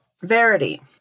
Verity